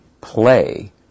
play